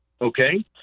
okay